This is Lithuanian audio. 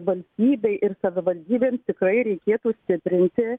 valstybei ir savivaldybėms tikrai reikėtų stiprinti